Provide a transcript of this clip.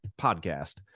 podcast